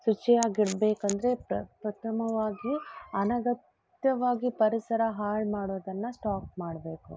ಶುಚಿಯಾಗಿರ್ಬೇಕಂದ್ರೆ ಪ್ರಪ್ರಥಮವಾಗಿ ಅನಗತ್ಯವಾಗಿ ಪರಿಸರ ಹಾಳು ಮಾಡೋದನ್ನು ಸ್ಟಾಪ್ ಮಾಡಬೇಕು